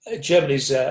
Germany's